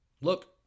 Look